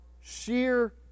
sheer